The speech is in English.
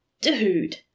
Dude